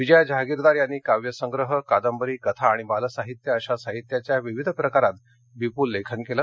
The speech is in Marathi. विजया जहागीरदार यांनी काव्यसंग्रह कादंबरी कथा आणि बाल साहित्य अशा साहित्याच्या विविध प्रकारात विपूल लेखन केलं